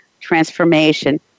transformation